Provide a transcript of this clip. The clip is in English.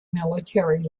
military